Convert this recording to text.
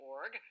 Org